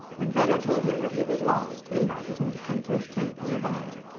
when phedo told him that he was lost, he invited him to come to his tent, near by,